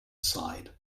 sighed